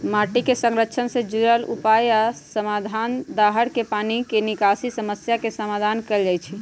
माटी के संरक्षण से जुरल उपाय आ समाधान, दाहर के पानी के निकासी समस्या के समाधान कएल जाइछइ